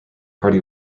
party